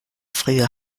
früher